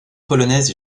polonaise